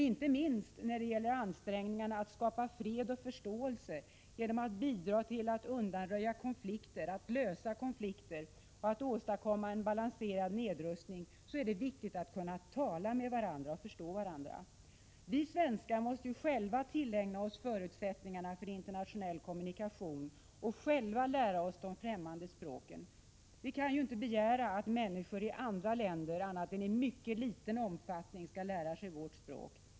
Inte minst när det gäller ansträngningarna att skapa fred och förståelse genom att bidra till att undanröja konflikter, att lösa konflikter och att åstadkomma en balanserad nedrustning är det viktigt att kunna tala med och förstå varandra. Vi svenskar måste själva tillägna oss förutsättningarna för internationell kommunikation och själva lära oss de främmande språken. Vi kan inte begära att människor i andra länder annat än i mycket liten omfattning skall lära sig vårt språk.